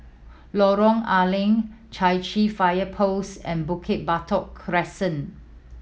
Lorong A Leng Chai Chee Fire Post and Bukit Batok Crescent